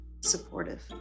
supportive